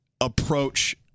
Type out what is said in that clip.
approach